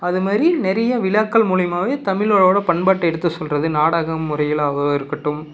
அது மாதிரி நிறைய விழாக்கள் மூலிமாவே தமிழரோடய பண்பாட்டை எடுத்து சொல்கிறது நாடக முறைகளாக இருக்கட்டும்